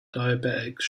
diabetics